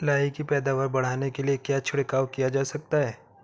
लाही की पैदावार बढ़ाने के लिए क्या छिड़काव किया जा सकता है?